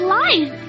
life